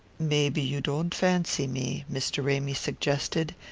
maybe you don't fancy me? mr. ramy suggested,